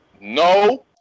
No